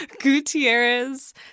Gutierrez